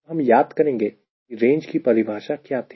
तो हम याद करेंगे की रेंज की परिभाषा क्या थी